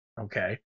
Okay